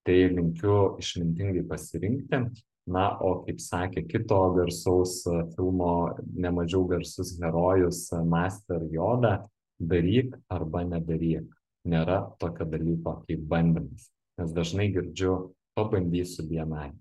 tai linkiu išmintingai pasirinkti na o kaip sakė kito garsaus filmo nemažiau garsus herojus master joda daryk arba nedaryk nėra tokio dalyko kaip bandymas nes dažnai girdžiu pabandysiu bni